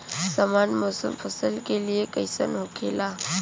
सामान्य मौसम फसल के लिए कईसन होखेला?